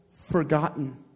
forgotten